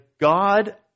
God